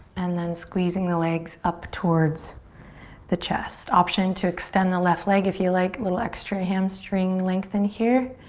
and then squeezing the legs up towards the chest. option to extend the left leg if you like. a little extra hamstring lengthen here.